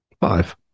five